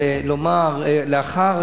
לומר, לאחר